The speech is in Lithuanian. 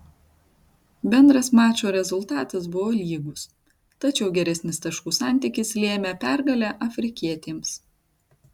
bendras mačo rezultatas buvo lygus tačiau geresnis taškų santykis lėmė pergalę afrikietėms